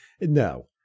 No